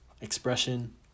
expression